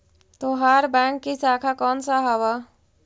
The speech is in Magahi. तोहार बैंक की शाखा कौन सा हवअ